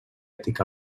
ètic